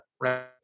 Right